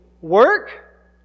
work